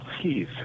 please